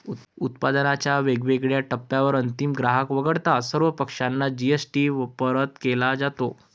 उत्पादनाच्या वेगवेगळ्या टप्प्यांवर अंतिम ग्राहक वगळता सर्व पक्षांना जी.एस.टी परत केला जातो